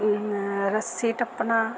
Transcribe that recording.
ਐ ਰੱਸੀ ਟੱਪਣਾ